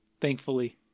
thankfully